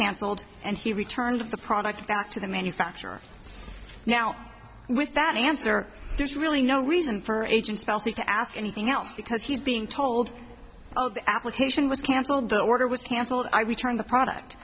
cancelled and he returned of the product back to the manufacturer now with that answer there's really no reason for agent to ask anything else because he's being told oh the application was cancelled the order was cancelled i return the product